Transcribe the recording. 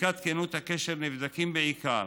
בבדיקת כנות הקשר נבדקים בעיקר